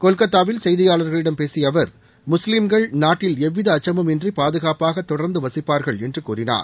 கொல்கத்தாவில் செய்தியாளர்களிடம் பேசிய அவர் முஸ்லீம்கள் நாட்டில் எவ்வித அச்சமும் இன்றி பாதுகாப்பாக தொடர்ந்து வசிப்பார்கள் என்று கூறினார்